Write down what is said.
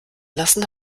lassen